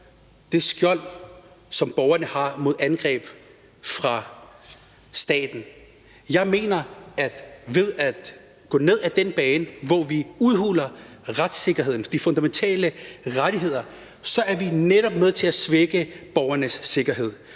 det skjold, som borgerne har mod angreb fra staten. Jeg mener, at ved at gå ned ad den bane, hvor vi udhuler retssikkerheden, de fundamentale rettigheder, er vi netop med til at svække borgernes sikkerhed.